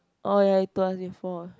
orh ya you told us before